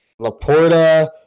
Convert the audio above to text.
Laporta